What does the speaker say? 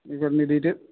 ఇదిగో నీ డీటెయిల్